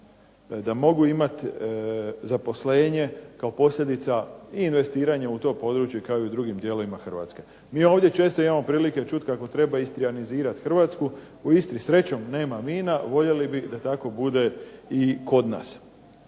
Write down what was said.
da mogu imati zaposlenje kao posljedica i investiranja u to područje kao i u drugim dijelovima Hrvatske. Mi ovdje imamo često prilike čuti kako treba istrijanizirati Hrvatsku. U Istri srećom nema mina, voljeli bi da tako bude i kod nas.